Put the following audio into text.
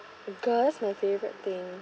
because my favourite thing